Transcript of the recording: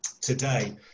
today